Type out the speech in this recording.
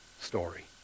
story